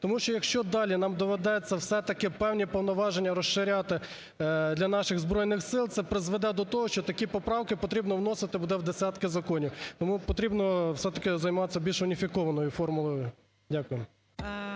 Тому що, якщо далі нам доведеться все-таки певні повноваження розширяти для наших Збройних Сил, це призведе до того, що такі поправки потрібно вносити буде в десятки законів. Тому потрібно все-таки займатися більш уніфікованою формулою. Дякую.